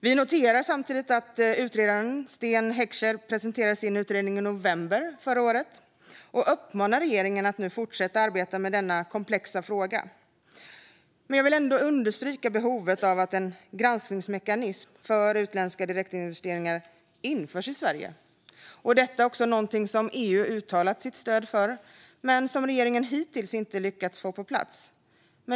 Vi noterar samtidigt att utredaren Sten Heckscher presenterade sin utredning i november förra året och uppmanar regeringen att nu fortsätta att arbeta med denna komplexa fråga. Jag vill ändå understryka behovet av att en granskningsmekanism för utländska direktinvesteringar införs i Sverige. Detta är någonting som EU har uttalat sitt stöd för men som regeringen hittills inte har lyckats få på plats.